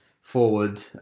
forward